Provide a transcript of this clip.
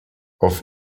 auf